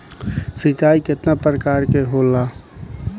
सिंचाई केतना प्रकार के होला?